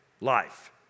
life